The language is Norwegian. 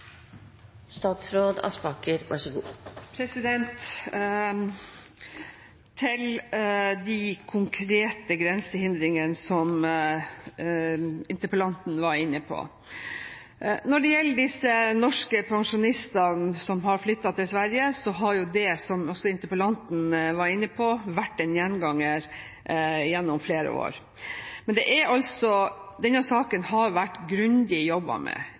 Til de konkrete grensehindringene som interpellanten var inne på: Når det gjelder disse norske pensjonistene som har flyttet til Sverige, har jo det, som også interpellanten var inne på, vært en gjenganger gjennom flere år. Men denne saken har det vært grundig jobbet med